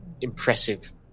impressive